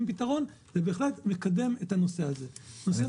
פתרון אבל בהחלט מקדם את הנושא הזה.